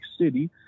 City